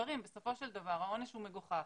בסופו של דבר משחררים והעונש הוא מגוחך.